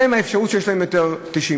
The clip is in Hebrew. שלהם יש אפשרות של 90 יום.